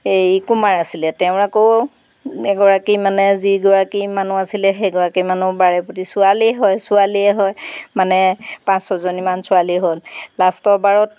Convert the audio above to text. এই কুমাৰ আছিলে তেওঁৰ আকৌ এগৰাকী মানে যিগৰাকী মানুহ আছিলে সেইগৰাকী মানুহ বাৰে প্ৰতি ছোৱালী হয় ছোৱালীয়ে হয় মানে পাঁচ ছজনীমান ছোৱালী হ'ল লাষ্টৰ বাৰত